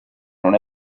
non